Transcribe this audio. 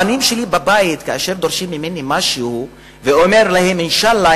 אבל כאשר הבנים שלי בבית דורשים ממני משהו ואני אומר להם "אינשאללה",